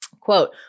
Quote